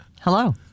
Hello